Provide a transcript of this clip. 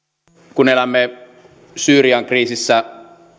kun elämme syyrian kriisissä